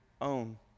own